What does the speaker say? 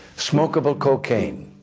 smokeable cocaine,